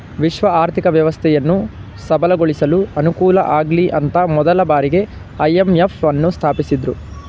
ವಿಶ್ವ ಆರ್ಥಿಕ ವ್ಯವಸ್ಥೆಯನ್ನು ಸಬಲಗೊಳಿಸಲು ಅನುಕೂಲಆಗ್ಲಿಅಂತ ಮೊದಲ ಬಾರಿಗೆ ಐ.ಎಂ.ಎಫ್ ನ್ನು ಸ್ಥಾಪಿಸಿದ್ದ್ರು